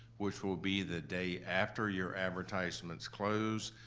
which will be the day after your advertisements close,